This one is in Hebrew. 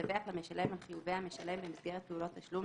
ידווח למשלם על חיובי המשלם במסגרת פעולות תשלום,